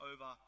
over